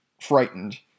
frightened